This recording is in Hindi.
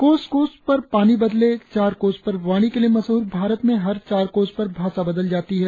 कोस कोस पर पानी बदले चार कोस पर वाणी के लिए मशहर भारत में हर चार कोस पर भाषा बदल जाती है